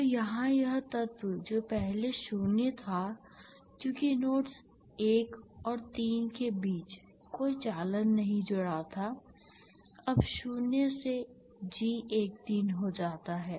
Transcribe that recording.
तो यहां यह तत्व जो पहले शून्य था क्योंकि नोड्स 1 और 3 के बीच कोई चालन नहीं जुड़ा था अब शून्य से G13 हो जाता है